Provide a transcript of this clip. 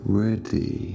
ready